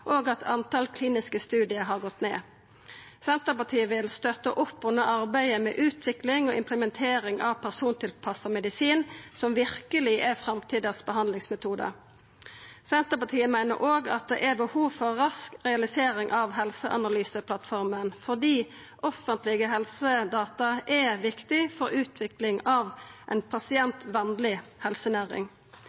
at talet på kliniske studiar har gått ned. Senterpartiet vil støtta opp under arbeidet med utvikling og implementering av persontilpassa medisin, som verkeleg er framtidas behandlingsmetodar. Senterpartiet meiner òg at det er behov for rask realisering av helseanalyseplattforma, fordi offentlege helsedata er viktig for utvikling av ei pasientvenleg helsenæring.